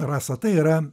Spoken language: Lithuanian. rasa tai yra